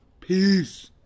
Peace